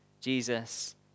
Jesus